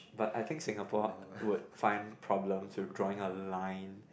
but I think Singapore would find problems with drawing a line